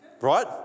Right